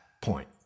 point